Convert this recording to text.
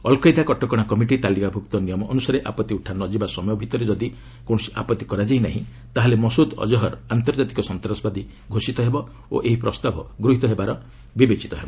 al-Qaeda କଟକଣା committee ତାଲିକାଭ୍ତକ୍ତ ନିୟମ ଅନ୍ତସାରେ ଆପତ୍ତି ଉଠା ନ ଯିବା ସମୟ ଭିତରେ ଯଦି କୌଣସି ଆପତ୍ତି କରାଯାଇ ନାହିଁ ତାହାହେଲେ ମସୁଦ୍ ଅକ୍ହର୍ ଆନ୍ତର୍ଜାତିକ ସନ୍ତାସବାଦୀ ଘୋଷିତ ହେବ ଓ ଏହି ପ୍ରସ୍ତାବ ଗୃହୀତ ହେବାର ବିବେଚିତ ହେବ